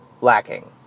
lacking